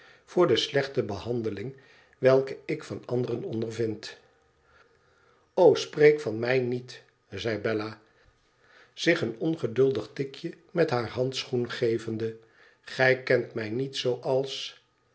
voor de slechte behandeling welke ik van anderen ondervind spreek van my niet zei bella zich een ongeduldig tikje met haar handschoen gevende gij kent mij niet zooals